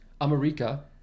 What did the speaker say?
America